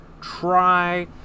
try